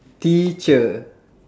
teacher